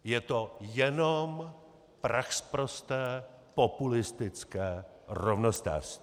Je to jenom prachsprosté populistické rovnostářství.